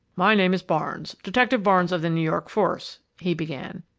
my name is barnes detective barnes of the new york force, he began,